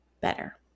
better